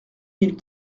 mille